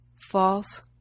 false